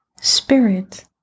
spirit